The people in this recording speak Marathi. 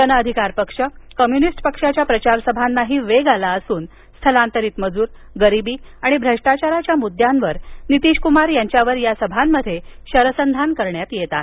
जनअधिकार पक्ष कम्युनिस्ट पक्षाच्या प्रचारसभांनाही वेग आला असून स्थलांतरित मजूर गरिबी आणि भ्रष्टाचाराच्या मुद्द्यांवर नितीशकुमार यांच्यावर या सभांमध्ये शरसंधान करण्यात येत आहे